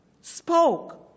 spoke